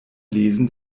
lesen